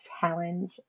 challenge